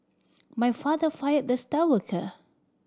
my father fired the star worker